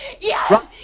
Yes